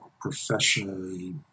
professionally